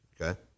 Okay